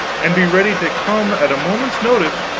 and be ready to come at a moment's notice,